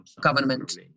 government